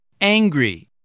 angry